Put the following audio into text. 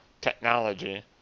technology